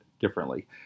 differently